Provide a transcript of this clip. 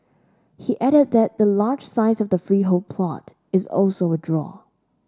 he added that the large size of the freehold plot is also a draw